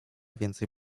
więcej